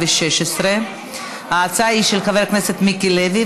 2016. ההצעה היא של חבר הכנסת מיקי לוי,